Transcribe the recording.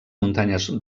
muntanyes